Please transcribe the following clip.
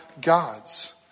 God's